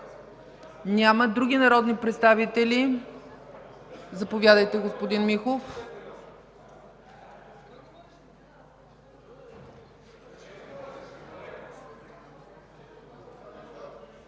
Няма. Други народни представители? Заповядайте, господин Михов.